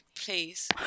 Please